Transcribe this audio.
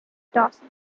dawson